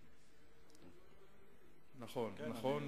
ודאי ידוע למכובדי חבר הכנסת נחמן שי,